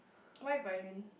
why violin